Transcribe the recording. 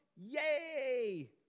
Yay